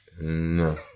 No